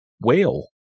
whale